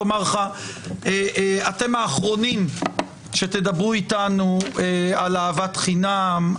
אתם האחרונים שתדברו איתנו על אהבת חינם,